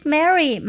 Mary